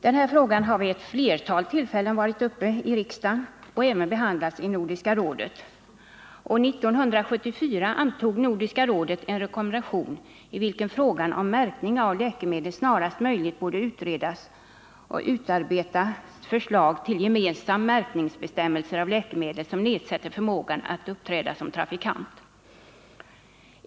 Den här frågan har vid ett flertal tillfällen varit uppe i riksdagen och även behandlats i Nordiska rådet. År 1974 antog Nordiska rådet en rekommendation enligt vilken frågan om en märkning av läkemedel snarast möjligt borde utredas och ett förslag utarbetas till gemensamma märkningsbestämmelser för läkemedel som nedsätter förmågan att uppträda som trafikant.